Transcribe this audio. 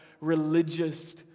religious